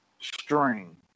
string